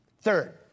Third